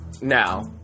now